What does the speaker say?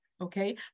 Okay